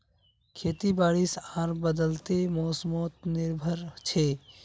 खेती बारिश आर बदलते मोसमोत निर्भर छे